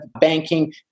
banking